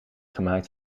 gemaakt